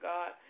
God